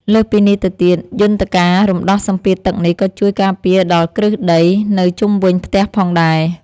លើសពីនេះទៅទៀត យន្តការរំដោះសម្ពាធទឹកនេះក៏ជួយការពារដល់គ្រឹះដី នៅជុំវិញផ្ទះផងដែរ ។